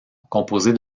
composée